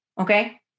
Okay